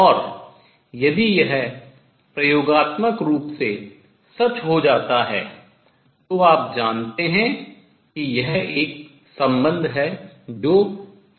और यदि यह प्रयोगात्मक रूप से सच हो जाता है तो आप जानते हैं कि यह एक संबंध है जो यथार्थ है